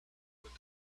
with